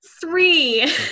three